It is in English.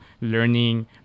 learning